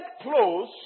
close